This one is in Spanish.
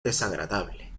desagradable